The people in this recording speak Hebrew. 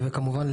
כמובן,